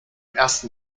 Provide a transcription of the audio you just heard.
ersten